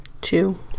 Two